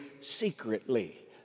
secretly